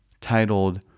titled